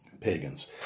Pagans